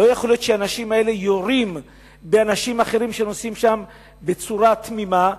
לא יכול להיות שהאנשים האלה יורים באנשים אחרים שנוסעים שם בצורה תמימה,